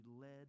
led